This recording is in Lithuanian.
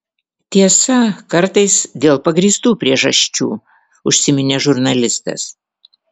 tiesa kartais dėl pagrįstų priežasčių užsiminė žurnalistas